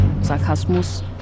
Sarkasmus